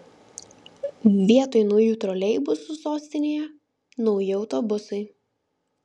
vietoj naujų troleibusų sostinėje nauji autobusai